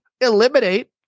eliminate